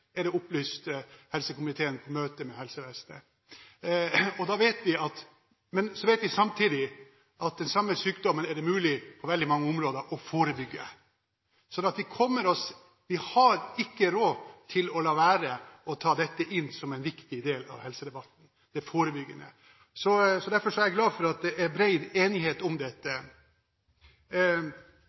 er det blitt opplyst helsekomiteen i møte med helsevesenet. Vi vet samtidig at den samme sykdommen er mulig å forebygge på veldig mange områder. Vi har ikke råd til å la være å ta det forebyggende inn som en viktig del av helsedebatten. Derfor er jeg glad for at det er bred enighet om dette.